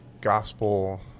gospel